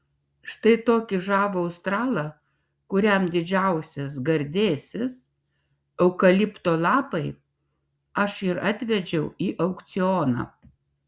štai tokį žavų australą kuriam didžiausias gardėsis eukalipto lapai aš ir atvežiau į aukcioną